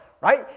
right